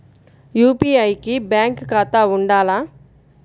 UPI కి bank ఖాతా ఉండాల?